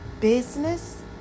business